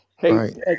Hey